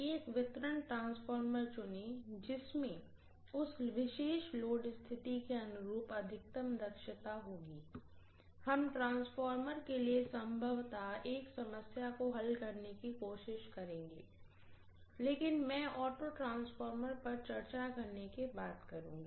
एक distribution transformer चुनें जिसमें उस विशेष लोड स्थिति के अनुरूप अधिकतम दक्षता होगी हम ट्रांसफार्मर के लिए संभवतः एक समस्या को हल करने की कोशिश करेंगे लेकिन मैं ऑटो ट्रांसफार्मर पर चर्चा करने के बाद करुँगी